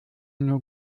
nur